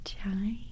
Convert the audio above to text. Chai